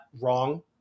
wrong